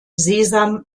sesam